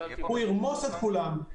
הוא ירמוס את כולן.